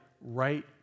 right